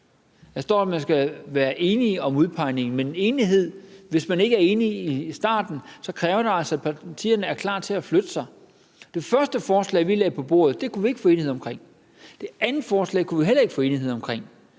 der står, at man skal være enige om udpegningen. Men hvis man ikke er enige fra starten, kræver det altså, at partierne er klar til at flytte sig. Men det første forslag, vi lagde på bordet, kunne vi ikke få enighed om, og det andet forslag kunne vi heller ikke få enighed om, og